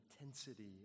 intensity